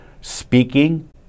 speaking